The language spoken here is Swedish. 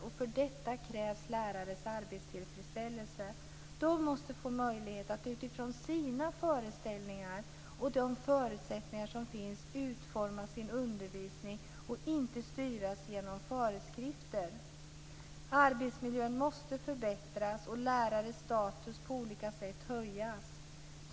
Och för detta krävs också lärare med arbetstillfredsställelse. Lärarna måste få möjlighet att utifrån sina föreställningar och de förutsättningar som finns utforma sin undervisning och inte styras genom föreskrifter. Arbetsmiljön måste förbättras och lärares status på olika sätt höjas.